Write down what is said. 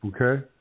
okay